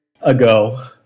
ago